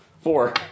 Four